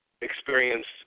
experienced